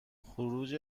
خروج